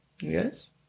yes